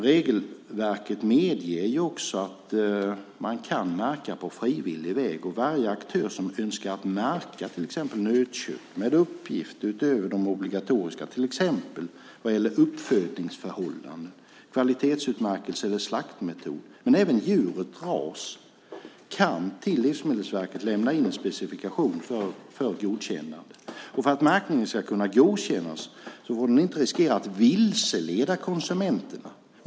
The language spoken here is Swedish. Regelverket medger att man kan märka på frivillig väg. Varje aktör som önskar märka till exempel nötkött med uppgift utöver de obligatoriska, till exempel vad gäller uppfödningsförhållanden, kvalitetsutmärkelser eller slaktmetod och även djurets ras, kan till Livsmedelsverket lämna in specifikation för godkännande. För att märkningen ska kunna godkännas får den inte riskera att vilseleda konsumenterna.